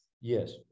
Yes